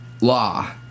law